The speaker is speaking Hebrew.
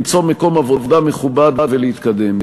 למצוא מקום עבודה מכובד ולהתקדם.